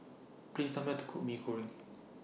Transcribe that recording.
Please Tell Me How to Cook Mee Goreng